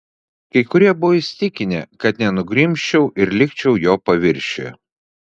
kai kurie buvo įsitikinę kad nenugrimzčiau ir likčiau jo paviršiuje